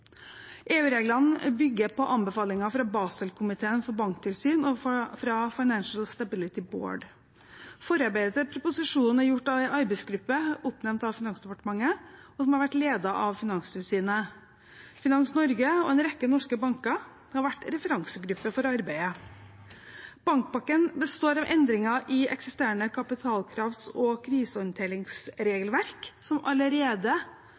bygger på anbefalinger fra Baselkomiteen for banktilsyn og fra Financial Stability Board. Forarbeidet til proposisjonen er gjort av en arbeidsgruppe som er oppnevnt av Finansdepartementet, og som har vært ledet av Finanstilsynet. Finans Norge og en rekke norske banker har vært referansegruppe for arbeidet. Bankpakken består av endringer i eksisterende kapitalkravs- og krisehåndteringsregelverk som allerede